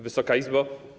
Wysoka Izbo!